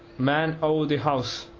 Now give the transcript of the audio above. man o' the house,